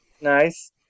Nice